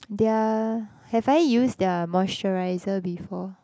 their have I used their moisturiser before